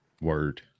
Word